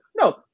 No